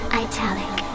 italic